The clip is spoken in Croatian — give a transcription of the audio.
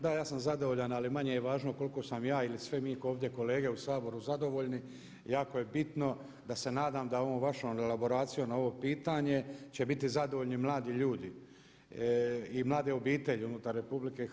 Da ja sam zadovoljan, ali manje je važno koliko sam ja ili svi mi ovdje kolege u Saboru zadovoljni, jako je bitno da se nadam da ovom vašom elaboracijom ovo pitanje će biti zadovoljni mladi ljudi i mlade obitelji unutar RH.